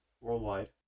worldwide